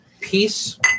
peace